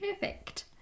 Perfect